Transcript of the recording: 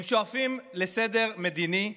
הם שואפים לסדר מדיני חדש: